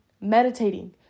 meditating